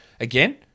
again